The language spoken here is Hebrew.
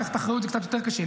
לקחת אחריות זה קצת יותר קשה.